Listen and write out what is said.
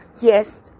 Yes